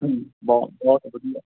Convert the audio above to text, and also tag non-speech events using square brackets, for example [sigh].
[unintelligible] ਬਹੁਤ ਬਹੁਤ ਵਧੀਆ